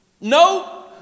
No